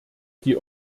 die